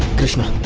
krishna?